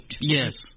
Yes